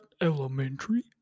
Elementary